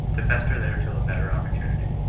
to fester there till a better opportunity.